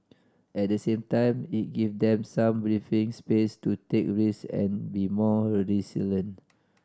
at the same time it give them some breathing space to take risk and be more resilient